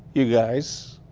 you guys,